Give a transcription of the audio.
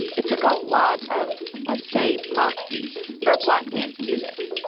and it took a lot of, let's say, moxie for a black man to do this.